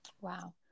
Wow